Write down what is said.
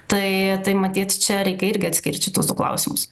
tai tai matyt čia reikia irgi atskirti šitus du klausimus